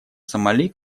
сомали